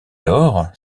lors